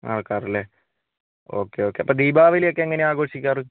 ആ വയ്ക്കാറല്ലേ okay okay അപ്പോൾ ദീപാവലി ഒക്കെ എങ്ങനെയാണ് ആഘോഷിക്കാറ്